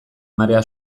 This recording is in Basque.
marea